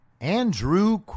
Andrew